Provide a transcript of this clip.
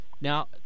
Now